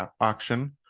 auction